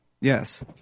Yes